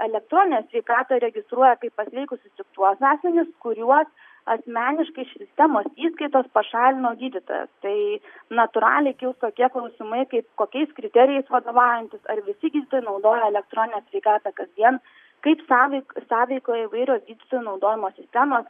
elektroninė sveikata registruoja kaip pasveikusius tik tuos asmenis kuriuos asmeniškai iš sistemos įskaitos pašalino gydytojas tai natūraliai kils tokie klausimai kaip kokiais kriterijais vadovaujantis ar visi gydytojai naudoja elektroninę sveikatą kasdien kaip sąv sąveikauja įvairios gydytojų naudojamos sistemos